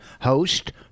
host